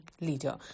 leader